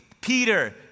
Peter